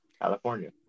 California